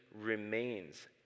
remains